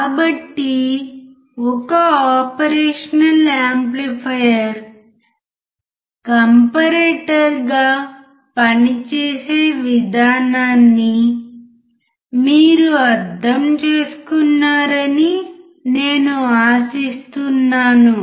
కాబట్టి ఒక operational amplifier కంపారిటర్గా పనిచేసే విధానాన్ని మీరు అర్థం చేసుకున్నారని నేను ఆశిస్తున్నాను